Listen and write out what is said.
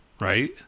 right